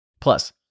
Plus